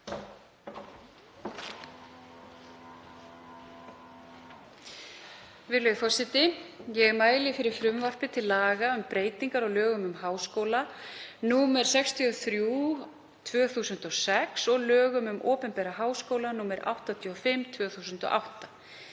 Virðulegur forseti. Ég mæli fyrir frumvarpi til laga um breytingu á lögum um háskóla, nr. 63/2006, og lögum um opinbera háskóla, nr. 85/2008.